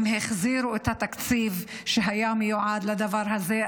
אם החזירו את התקציב שהיה מיועד לדבר הזה.